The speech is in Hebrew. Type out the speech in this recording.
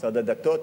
משרד הדתות,